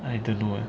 I don't know eh